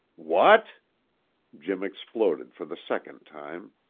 what jim exploded for the second time.